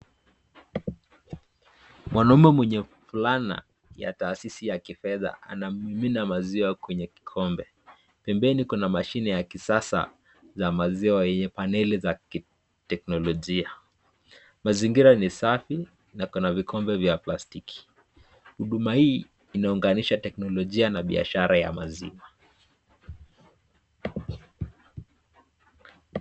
Mwanaume mwenye fulana ya taasisi ya kifedha, anamimina maziwa kwenye kikombe. Pembeni kuna mashini ya kisasa za maziwa yenye paneli ya kiteknolojia. Mazingira ni safi na kuna vikombe vya plastiki. Huduma hii inaunganisha teknolojia na biashara ya maziwa.